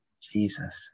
Jesus